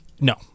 No